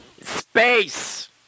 Space